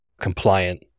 compliant